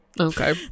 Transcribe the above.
Okay